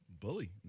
bully